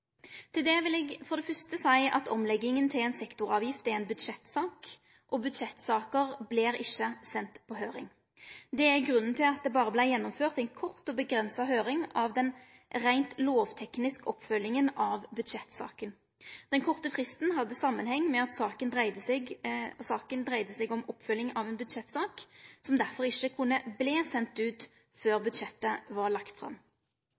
Til det vil eg for det fyrste seie at omlegginga til ei sektoravgift er ei budsjettsak, og budsjettsaker vert ikkje sende på høyring. Det er grunnen til at det berre vart gjennomført ei kort og avgrensa høyring av den reint lovtekniske oppfølginga av budsjettsaka. Den korte fristen hadde samanheng med at saka dreidde seg om oppfølging av ei budsjettsak, som derfor ikkje kunne verte sendt ut før budsjettet var lagt fram.